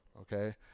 okay